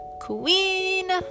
queen